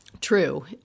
true